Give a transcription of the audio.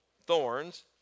thorns